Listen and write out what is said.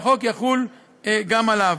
והחוק יחול גם עליו.